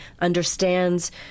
understands